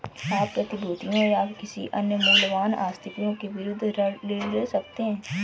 आप प्रतिभूतियों या किसी अन्य मूल्यवान आस्तियों के विरुद्ध ऋण ले सकते हैं